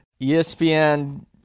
ESPN